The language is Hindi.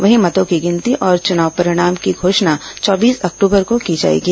वहीं मतों की गिनती और चुनाव परिणाम की घोषणा चौबीस अक्टूबर को की जाएगी